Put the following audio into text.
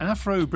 Afro